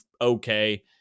okay